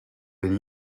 and